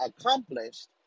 accomplished